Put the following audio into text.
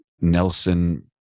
Nelson